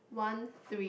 one three